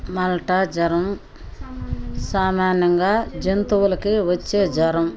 Malta జ్వరం సామాన్యంగా జంతువులకి వచ్చే జ్వరం